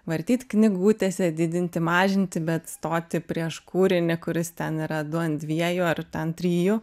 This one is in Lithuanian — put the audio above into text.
vartyt knygutes didinti mažinti bet stoti prieš kūrinį kuris ten yra du ant dviejų ar ten trijų